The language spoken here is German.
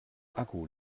akku